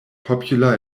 popular